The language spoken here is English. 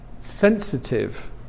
sensitive